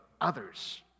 others